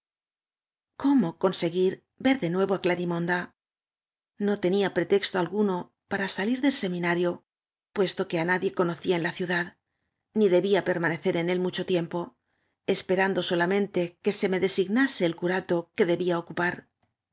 cómo conseguir ver de nuevo á clarimonda no tenía pretexto alguno para salir del semina rio puesto que á nadie conocía en ia ciudad ni debía permanecer en él mucho tiempo espe rando solamente que se me designase el curato que debía ocupar